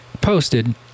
posted